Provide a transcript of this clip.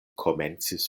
komencis